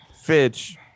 Fitch